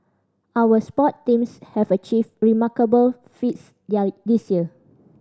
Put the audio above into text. our sport teams have achieved remarkable feats there this year